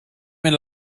mynd